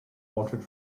wanted